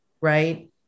right